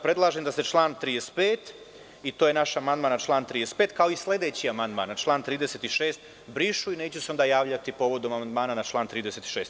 Predlažem da se član 35. i to je naš amandman na član 35. kao i sledeći amandman na član 36. brišu i onda se neću javljati povodom amandmana na član 36.